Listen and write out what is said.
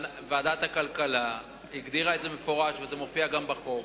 שוועדת הכלכלה הגדירה במפורש, וזה מופיע גם בחוק,